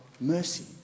mercy